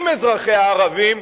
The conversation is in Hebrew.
עם אזרחיה הערבים,